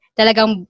talagang